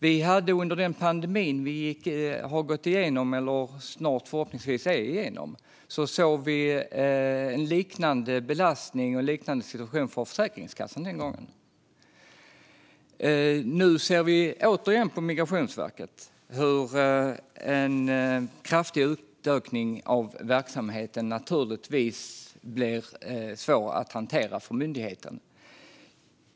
Under pandemin, som vi förhoppningsvis snart har kommit igenom, har vi sett en liknande belastning och situation, den här gången på Försäkringskassan. Nu ser vi återigen en kraftig ökning av verksamheten på Migrationsverket som blir svår för myndigheten att hantera.